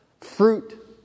fruit